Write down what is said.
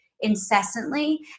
incessantly